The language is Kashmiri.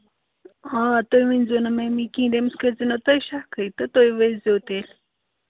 آ تُہۍ ؤنۍزیو نہٕ میمی کِہیٖنۍ تٔمِس کٔرۍزیو نہٕ تُہۍ شکٕے تہٕ تُہۍ ؤسۍزیو تیٚلہِ